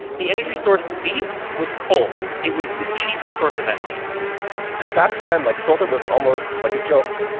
the energy source to beat was coal. it was the cheapest source of energy and back then, like, solar was almost, like, a joke.